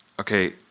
Okay